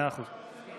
מאה אחוז.